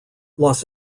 los